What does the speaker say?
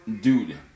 Dude